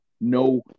no